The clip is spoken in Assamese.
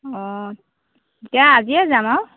অঁ এতিয়া আজিয়ে যাম আৰু